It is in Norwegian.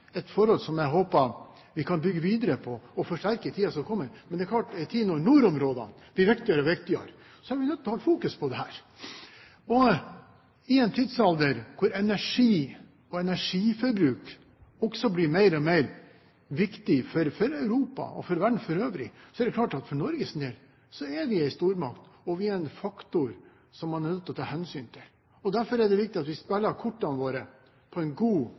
et forhold som jeg håper vi kan bygge videre på og forsterke i tiden som kommer. Men det er klart, i en tid når nordområdene blir viktigere og viktigere, er vi nødt til å ha fokus på dette. I en tidsalder hvor energi og energiforbruk blir mer og mer viktig for Europa og verden for øvrig, er det klart at Norge er en stormakt, og vi er en faktor man er nødt til å ta hensyn til. Derfor er det viktig at vi spiller kortene våre på en god